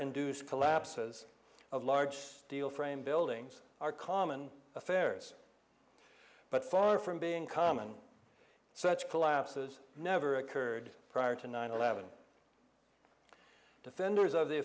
induced collapses of large steel framed buildings are common affairs but far from being common such collapses never occurred prior to nine eleven defenders of the